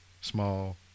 small